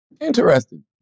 Interesting